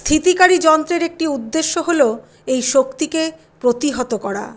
স্থিতিকারী যন্ত্রের একটি উদ্দেশ্য হল এই শক্তিকে প্রতিহত করা